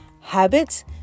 Habits